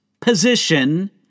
position